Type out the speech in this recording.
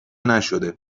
نشده